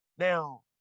Now